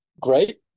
great